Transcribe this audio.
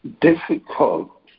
difficult